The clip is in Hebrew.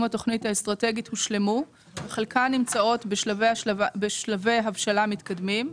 התוכנית האסטרטגית הושלמו וחלקן נמצאות בשלבי הבשלה מתקדמים.